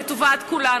לטובת כולנו.